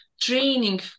Training